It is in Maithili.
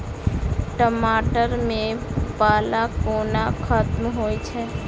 टमाटर मे पाला कोना खत्म होइ छै?